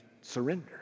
surrender